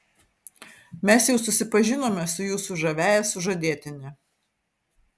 mes jau susipažinome su jūsų žaviąja sužadėtine